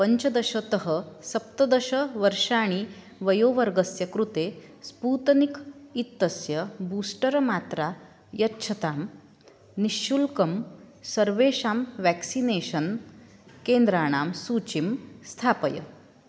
पञ्चदशतः सप्तदश वर्षाणि वयोवर्गस्य कृते स्पूतनिक् इत्यस्य बूस्टर् मात्रा यच्छतां निःशुल्कं सर्वेषां वेक्सिनेषन् केन्द्राणां सूचीं स्थापय